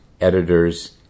editors